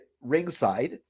ringside